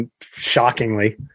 Shockingly